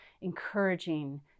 encouraging